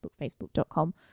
facebook.com